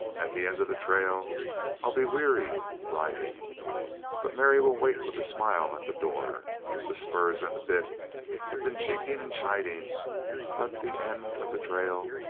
at the end of the trail i'll be weary riding but mary will wait with a smile at the door the spurs and the bit had been chinking and chiding but the end of the trail